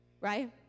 right